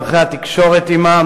דרכי התקשורת עמם,